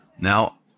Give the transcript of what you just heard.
Now